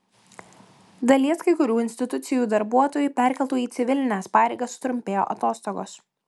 dalies kai kurių institucijų darbuotojų perkeltų į civilines pareigas sutrumpėjo atostogos